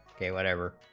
pay whatever